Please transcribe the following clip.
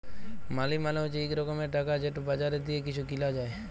মালি মালে হছে ইক রকমের টাকা যেট বাজারে দিঁয়ে কিছু কিলা যায়